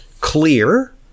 clear